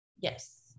Yes